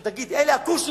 תגיד: אלה הכושים,